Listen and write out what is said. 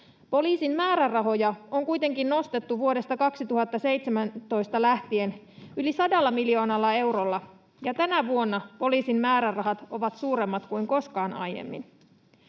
Poliisin määrärahoja on kuitenkin nostettu vuodesta 2017 lähtien yli 100 miljoonalla eurolla, ja tänä vuonna poliisin määrärahat ovat suuremmat kuin koskaan aiemmin.